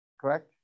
correct